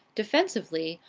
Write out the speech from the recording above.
defensively,